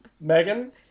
Megan